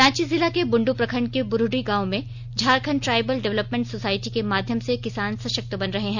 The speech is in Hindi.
रांची जिला के बुंडू प्रखण्ड के बुरुडीह गांव में झारखंड ट्राइबल डेवलपमेन्ट सोसाइटी के माध्यम से किसान सशक्त बन रहे हैं